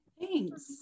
Thanks